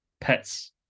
pets